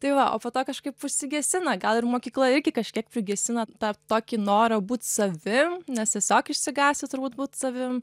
tai va o po to kažkaip užsigesina gal ir mokykla irgi kažkiek prigesino tą tokį norą būt savim nes tiesiog išsigąsi turbūt būt savim